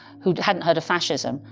who hadn't heard of fascism,